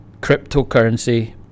cryptocurrency